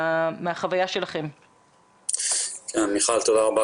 תודה רבה.